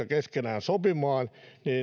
keskenään sopimaan